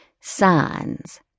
signs